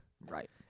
Right